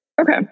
Okay